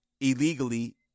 illegally